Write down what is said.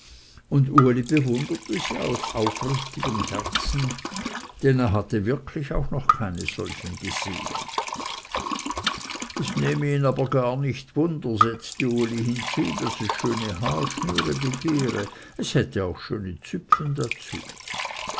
und uli bewunderte sie aus aufrichtigem herzen denn er hatte wirklich noch keine solchen gesehen es nehme ihn aber nicht wunder setzte uli hinzu daß es schöne haarschnüre begehre es hätte auch schöne züpfen dazu